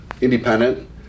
independent